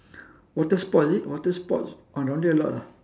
water sports is it water sports ah down there a lot lah